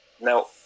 now